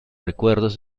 recuerdos